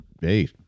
hey